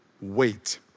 wait